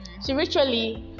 Spiritually